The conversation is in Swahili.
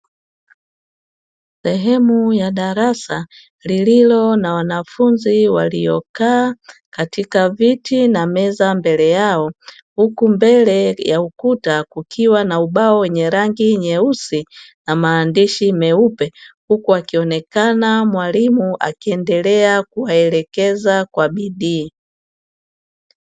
Sehemu ya darasa lililo na wanafunzi waliokaa katika viti na meza mbele yao huku mbele ya ukuta kukiwa na ubao wenye rangi nyeusi na maandishi meupe, huku akionekana mwalimu akiendelea kuwaelekeza kwa bidii.